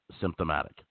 symptomatic